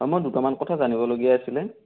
অঁ মই দুটামান কথা জানিবলগীয়া আছিলে